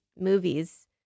movies